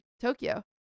Tokyo